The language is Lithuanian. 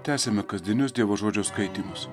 tęsiame kasdienius dievo žodžio skaitymus